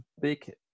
big